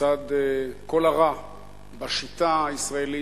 כיצד כל הרע בשיטה הישראלית,